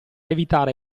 evitare